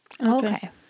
Okay